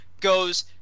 goes